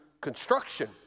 construction